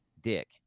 dick